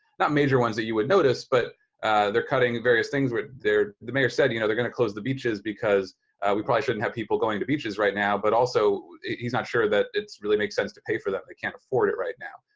not major ones that you would notice, but they're cutting various things. the mayor said, you know, they're going to close the beaches because we probably shouldn't have people going to beaches right now, but also he's not sure that it's really makes sense to pay for them. they can't afford it right now.